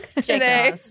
today